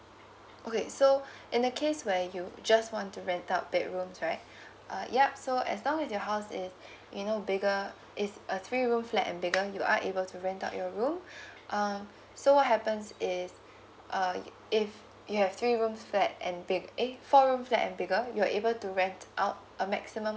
okay so in the case where you just want to rent out bedrooms right uh yup so as long as your house is you know bigger it's a three room flat and bigger you are able to rent out your room um so what happen is uh if you have three room flat and big~ eh four room flat bigger you are able to rent out a maximum